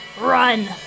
Run